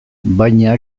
baina